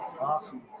Awesome